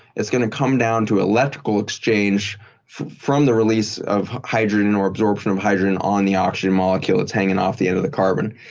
it's going to come down to electrical exchange from the release of hydrogen or absorption of hydrogen on the oxygen molecule. it's hanging off the end of the carbon.